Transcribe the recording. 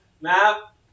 Map